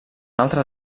altre